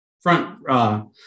front